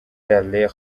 dallaire